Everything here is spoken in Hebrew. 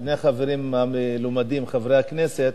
שני החברים המלומדים חברי הכנסת,